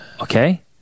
Okay